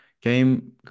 game